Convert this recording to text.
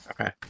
Okay